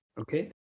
okay